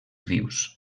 vius